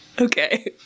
Okay